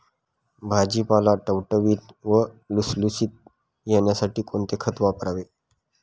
भाजीपाला टवटवीत व लुसलुशीत येण्यासाठी कोणते खत वापरावे?